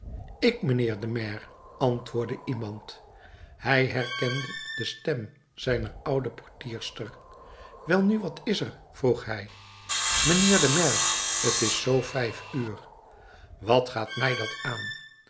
ik mijnheer de maire antwoordde iemand hij herkende de stem zijner oude portierster welnu wat is er vroeg hij mijnheer de maire t is zoo vijf uur wat gaat mij dat aan